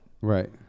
Right